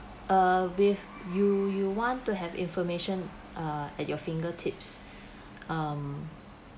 err with you you want to have information uh at your fingertips um